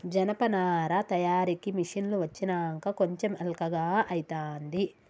జనపనార తయారీ మిషిన్లు వచ్చినంక కొంచెం అల్కగా అయితాంది